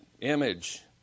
image